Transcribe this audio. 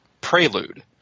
prelude